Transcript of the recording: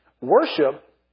worship